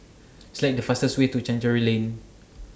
Select The fastest Way to Chancery Lane